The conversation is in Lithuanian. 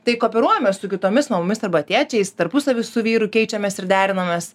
tai kooperuojamės su kitomis mamomis arba tėčiais tarpusavy su vyru keičiamės ir derinamės